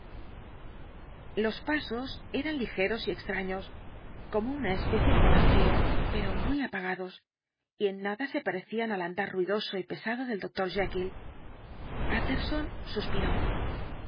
los pasos eran ligeros y extraños como una especie de balanceo pero muy apagados y en nada se parecían al andar ruidoso y pesado del doctor